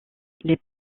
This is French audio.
les